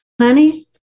Honey